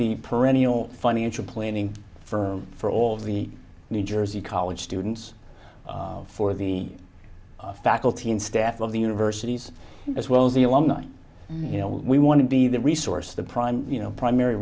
perennial financial planning firm for all of the new jersey college students for the faculty and staff of the universities as well as the alumni you know we want to be the resource the prime you know primary